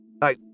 I